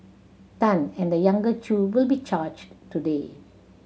Tan and the younger Chew will be charged today